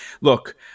look